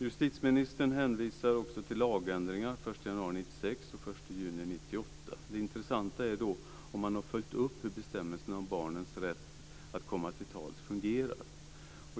Justitieministern hänvisar till lagändringar den 1 januari 1996 och den 2 juni 1998. Det intressanta är då om man har följt upp hur bestämmelserna om barnens rätt att komma till tals fungerar.